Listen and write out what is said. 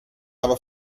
aber